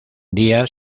día